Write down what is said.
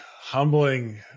humbling